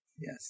Yes